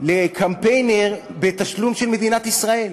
לקמפיינר בתשלום של מדינת ישראל.